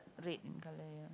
red in colour ya